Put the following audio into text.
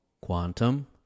quantum